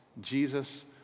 Jesus